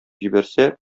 җибәрсә